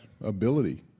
ability